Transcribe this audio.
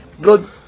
Good